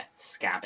scabbing